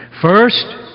First